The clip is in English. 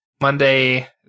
Monday